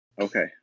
okay